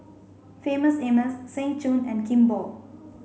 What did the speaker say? Famous Amos Seng Choon and Kimball